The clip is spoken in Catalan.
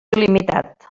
il·limitat